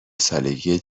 سالگی